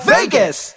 Vegas